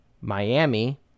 Miami